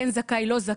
כן זכאי או לא זכאי.